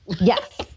Yes